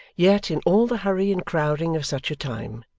yet, in all the hurry and crowding of such a time,